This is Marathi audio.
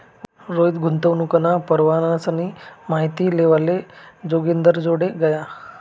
रोहित गुंतवणूकना परकारसनी माहिती लेवाले जोगिंदरजोडे गया